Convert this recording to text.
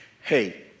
Hey